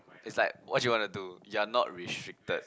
it's like what you want to do you are not restricted